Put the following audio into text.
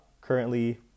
currently